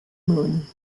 moon